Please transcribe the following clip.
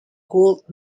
gold